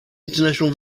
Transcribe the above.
international